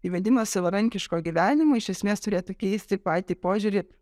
įvedimas savarankiško gyvenimo iš esmės turėtų keisti patį požiūrį